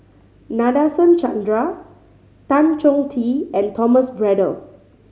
Nadasen Chandra Tan Chong Tee and Thomas Braddell